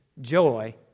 joy